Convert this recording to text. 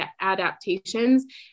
adaptations